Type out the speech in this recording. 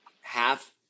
half